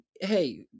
Hey